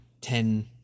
ten